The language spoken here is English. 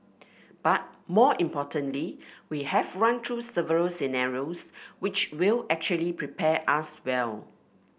but more importantly we have run through several scenarios which will actually prepare us well